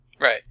Right